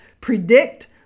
predict